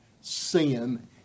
sin